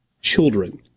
children